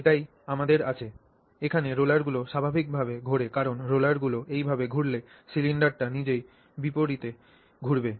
এটাই আমাদের আছে এখানে রোলারগুলি স্বাভাবিকভাবে ঘোরে কারণ রোলারগুলি এইভাবে ঘুরলে সিলিন্ডারটি নিজেই বিপরীত দিকে ঘুরবে